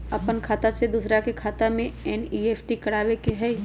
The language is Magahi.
अपन खाते से दूसरा के खाता में एन.ई.एफ.टी करवावे के हई?